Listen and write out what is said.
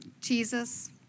Jesus